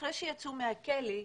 אחרי שיצאו מהכלא,